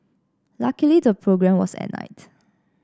luckily the programme was at night